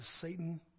Satan